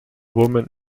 woman